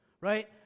right